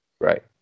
Right